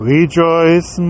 Rejoice